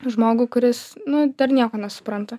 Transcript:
žmogų kuris nu dar nieko nesupranta